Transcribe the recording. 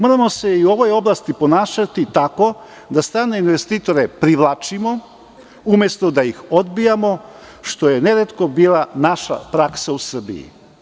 Moramo se i u ovoj oblasti ponašati tako da strane investitore privlačimo, umesto da ih odbijamo, što je neretko bila naša praksa u Srbiji.